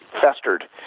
festered